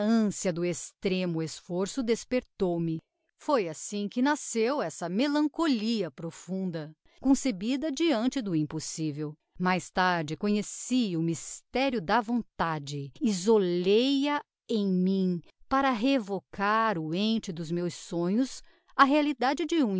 a ancia do extremo esforço despertou me foi assim que nasceu essa melancholia profunda concebida diante do impossivel mais tarde conheci o mysterio da vontade isolei a em mim para revocar o ente dos meus sonhos á realidade de